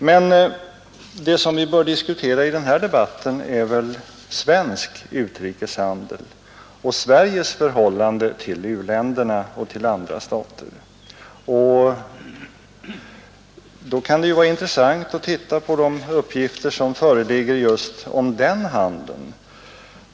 Men det som vi bör diskutera i den här debatten är väl svensk utrikeshandel och Sveriges förhållande till u-länderna och till andra stater. Då kan det vara intressant att se på de uppgifter som föreligger just om den handeln.